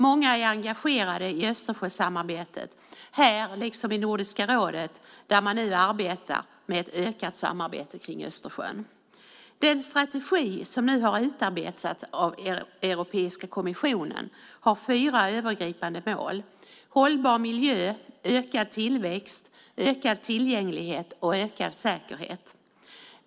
Många är engagerade i Östersjösamarbetet här liksom i Nordiska rådet där man nu arbetar med ett ökat samarbete kring Östersjön. Den strategi som nu har utarbetats av Europeiska kommissionen har fyra övergripande mål: hållbar miljö, ökad tillväxt, ökad tillgänglighet och ökad säkerhet.